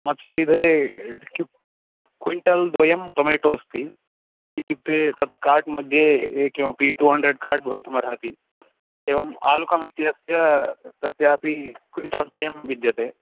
मत्सविधे quintal द्वयं tomato अस्ति इत्युक्ते तत् काट् मध्ये ये किमपि टू हण्ड्रेड् काट् भवितुमर्हति एवम् आलुकमित्यस्य तस्यापि क्विण्टल् द्वयं विद्यते